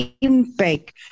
impact